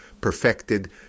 perfected